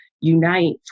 unite